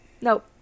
nope